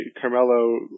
Carmelo